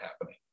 happening